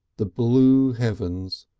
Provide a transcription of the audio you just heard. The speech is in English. the blue heavens,